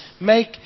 make